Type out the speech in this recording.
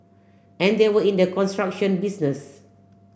and they were in the construction business